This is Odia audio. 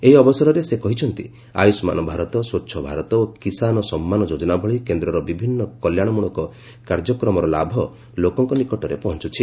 ଏହି ଅବସରରେ ସେ କହିଛନ୍ତି ଆୟୁଷ୍ମାନ ଭାରତ ସ୍ୱଚ୍ଛଭାରତ ଓ କିଷାନ ସମ୍ମାନ ଯୋଜନା ଭଳି କେନ୍ଦ୍ରର ବିଭିନ୍ନ କଲ୍ୟାଣମୂଳକ କାର୍ଯ୍ୟକ୍ରମର ଲାଭ ଲୋକଙ୍କ ନିକଟରେ ପହଞ୍ଚୁଛି